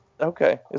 Okay